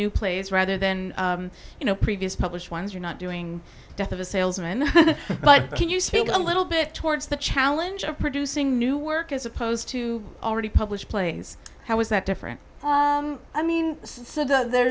new plays rather than you know previous published ones you're not doing death of a salesman but can you speak a little bit towards the challenge of producing new work as opposed to already published plays how is that different i mean so that there